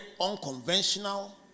unconventional